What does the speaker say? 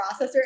processor